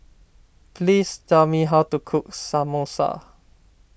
please tell me how to cook Samosa